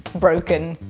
broken.